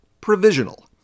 provisional